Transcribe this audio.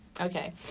okay